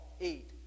eat